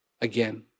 Again